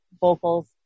vocals